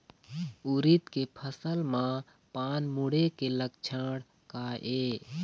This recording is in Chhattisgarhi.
उरीद के फसल म पान मुड़े के लक्षण का ये?